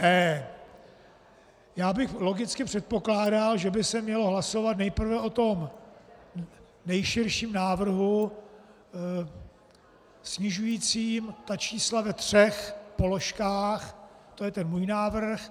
E. Já bych logicky předpokládal, že by se mělo hlasovat nejprve o tom nejširším návrhu snižujícím ta čísla ve třech položkách, to je ten můj návrh.